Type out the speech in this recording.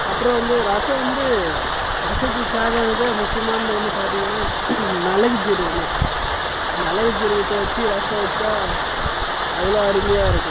அப்புறம் வந்து ரசம் வந்து ரசத்துக்கு தேவையானதே முக்கியமானது ஒன்று பார்த்தீங்கன்னா மிளகு சீரகம் தான் மிளகு சீரகத்த வச்சி ரசம் வச்சால் அவ்வளோ அருமையாக இருக்கும்